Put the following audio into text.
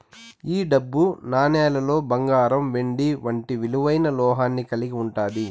ఈ డబ్బు నాణేలులో బంగారం వెండి వంటి విలువైన లోహాన్ని కలిగి ఉంటాది